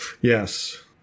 Yes